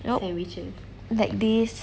nope like this